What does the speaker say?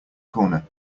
corner